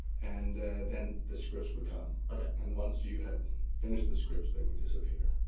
and then the scripts would come. okay. and once you had finished the scripts, they would disappear.